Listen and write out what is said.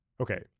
Okay